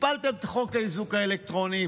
הפלתם את חוק האיזוק האלקטרוני,